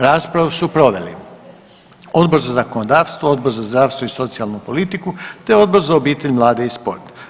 Raspravu su proveli Odbor za zakonodavstvo, Odbor za zdravstvo i socijalnu politiku, te Odbor za obitelj, mlade i sport.